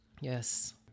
Yes